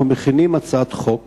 אנחנו מכינים הצעת חוק